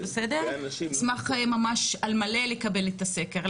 אני אשמח ממש לקבל את הסקר על מלא,